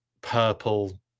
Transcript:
purple